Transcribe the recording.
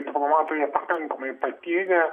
diplomatai nepakankamai patyrę